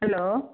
hello